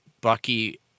Bucky